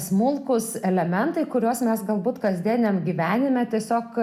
smulkūs elementai kuriuos mes galbūt kasdieniam gyvenime tiesiog